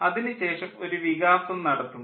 അതിനുശേഷം ഒരു വികാസം നടത്തുന്നു